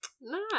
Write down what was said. Nice